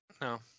No